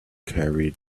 carried